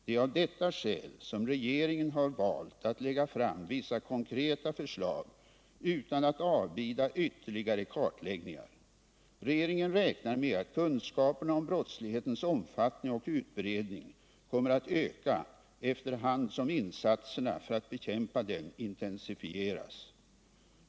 Det är av detta skäl som regeringen har valt att lägga fram vissa konkreta förslag utan att avbida ytterligare kartläggningar. Regeringen räknar med att kunskaperna om brottslighetens omfattning och utbredning kommer att öka efter hand som insatserna för att bekämpa den intensifieras.